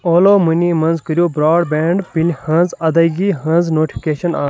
اولا مٔنی منٛز کٔرِو برٛاڈ بینٛڈ بِلہِ ہٕنٛز ادٲیگی ہٕنٛز نوٹفکیشن آن